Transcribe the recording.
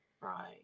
Right